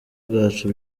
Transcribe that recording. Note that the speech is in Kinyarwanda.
bwacu